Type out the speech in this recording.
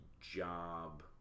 job